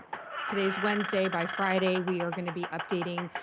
today is wednesday, by friday, we are gonna be updating.